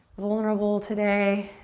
vulnerable today,